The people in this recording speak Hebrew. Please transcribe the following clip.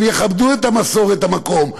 הם יכבדו את מסורת המקום,